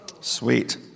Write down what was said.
Sweet